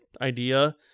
idea